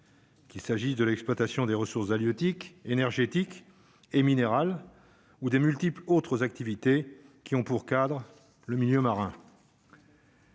Qu'il s'agisse de l'exploitation des ressources halieutiques et énergétiques et minérales ou des multiples autres activités qui ont pour cadre le milieu marin.